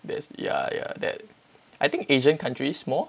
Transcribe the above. there's ya ya that I think asian countries more